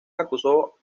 acusó